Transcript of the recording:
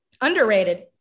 Underrated